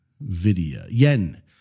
Yen